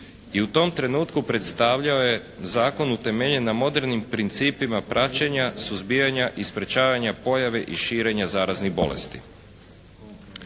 i u tom trenutku predstavljao je zakon utemeljen na modernim principima praćenja, suzbijanja i sprječavanja pojave i širenja zaraznih bolesti.